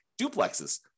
duplexes